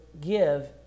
give